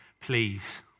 please